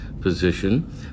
position